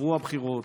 עברו הבחירות,